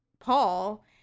Paul